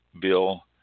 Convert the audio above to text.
Bill